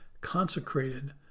consecrated